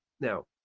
Now